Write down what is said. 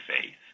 faith